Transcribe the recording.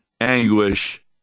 anguish